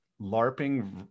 LARPing